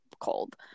cold